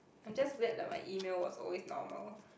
I'm just glad that my email was always normal